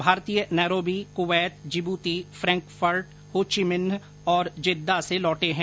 भारतीय Nairobi Kuwait Djibouti Frankfurt Ho Chi Minh और Jeddah से लौटे हैं